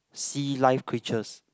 sea live creatures